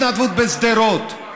התנדבות בשדרות,